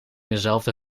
dezelfde